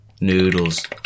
Noodles